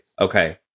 Okay